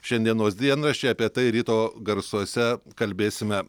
šiandienos dienraščiai apie tai ryto garsuose kalbėsime